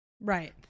Right